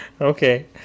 okay